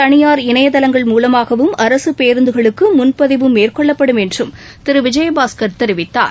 தனியார் இணையதளங்கள் மூலமாகவும் அரசு பேருந்துகளுக்கு முன்பதிவு மேற்கொள்ளப்படும் என்றும் திரு விஜயபாஸ்கர் தெரிவித்தார்